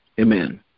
Amen